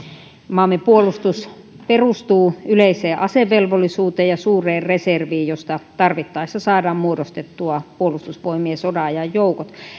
maamme puolustus perustuu yleiseen asevelvollisuuteen ja suureen reserviin josta tarvittaessa saadaan muodostettua puolustusvoimien sodanajan joukot